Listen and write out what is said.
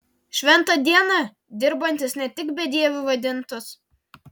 šventą dieną dirbantis ne tik bedieviu vadintas